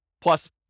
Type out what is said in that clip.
plus